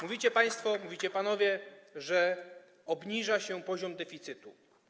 Mówicie państwo, mówicie panowie, że obniża się poziom deficytu.